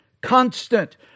constant